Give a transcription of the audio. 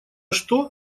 что